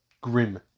grim